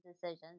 decisions